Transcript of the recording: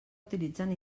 utilitzen